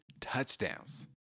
touchdowns